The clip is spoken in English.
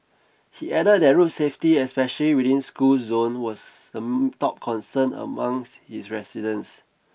he added that road safety especially within school zones was the top concern amongst his residents